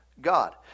God